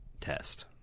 test